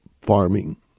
farming